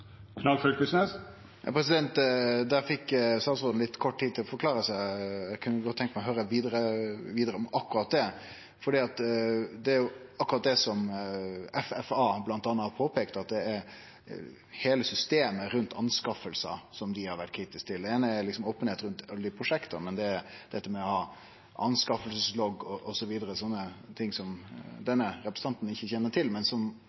Der fekk statsråden litt kort tid til å forklare seg. Eg kunne godt tenke meg å høyre vidare om akkurat det, for det er jo akkurat det som bl.a. FFA har påpeikt, dei har vore kritiske til heile systemet rundt anskaffingane. Det eine er openheit rundt alle prosjekta, men det er dette med å ha anskaffingslogg osv., ting som denne representanten ikkje kjenner til, men som